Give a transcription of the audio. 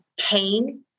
pain